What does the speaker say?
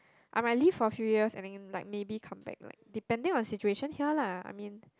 I might live for fews years and then like maybe compare like depending the situation here lah I mean